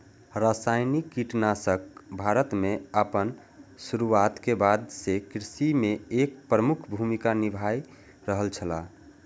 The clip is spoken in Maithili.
रासायनिक कीटनाशक भारत में आपन शुरुआत के बाद से कृषि में एक प्रमुख भूमिका निभाय रहल छला